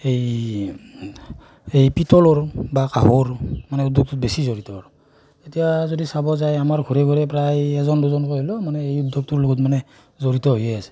এই এই পিতলৰ বা কাঁহৰ মানে উদ্যোগটোত বেছি জড়িত আৰু এতিয়া যদি চাব যায় আমাৰ ঘৰে ঘৰে প্ৰায় এজন দুজনকৈ হ'লেও মানে এই উদ্যোগটোৰ লগত মানে জড়িত হৈয়ে আছে